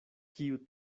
kiu